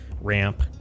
ramp